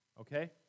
Okay